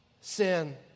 sin